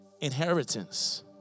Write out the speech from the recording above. inheritance